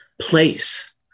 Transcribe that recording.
place